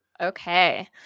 Okay